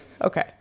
Okay